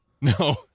No